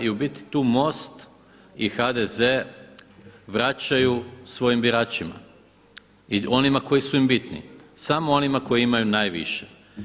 I u biti tu MOST i HDZ vraćaju svojim biračima i onima koji su im bitni samo onima koji imaju najviše.